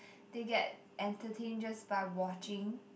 they get entertained just by watching